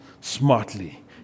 smartly